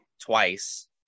Twice